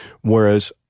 Whereas